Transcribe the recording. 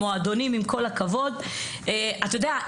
אתה יודע,